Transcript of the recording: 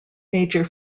major